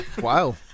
Wow